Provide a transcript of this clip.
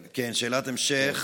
כן, שאלת המשך.